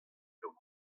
kaout